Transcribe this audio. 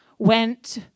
went